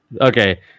Okay